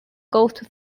coast